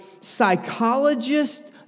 psychologists